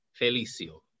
Felicio